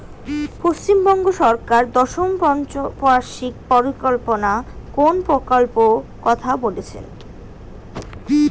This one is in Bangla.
পশ্চিমবঙ্গ সরকার দশম পঞ্চ বার্ষিক পরিকল্পনা কোন প্রকল্প কথা বলেছেন?